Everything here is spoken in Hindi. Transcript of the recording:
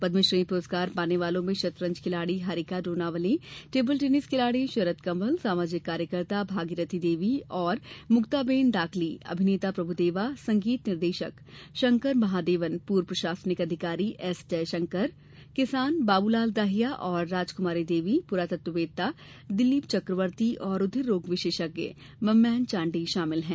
पद्मश्री पुरस्कार पाने वालों में शतरंज खिलाड़ी हरिका ड्रोनावली टेबल टेनिस खिलाड़ी शरद कमल सामाजिक कार्यकर्ता भगीरती देवी तथा मुक्ताबेन दाग्ली अभिनेता प्रभुदेवा संगीत निर्देशक शंकर महादेवन पूर्व प्रशासनिक अधिकारी एस जयशंकर कृषक बाबू लाल दहिया तथा राजकुमारी देवी पुरातत्ववेत्ता दिलीप चकवर्ती और रूधिर रोग विशेषज्ञ मम्मैन चांडी शामिल हैं